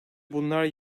bunlar